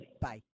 Bye